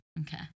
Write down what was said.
Okay